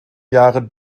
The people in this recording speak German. jahre